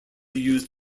used